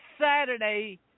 Saturday